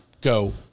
go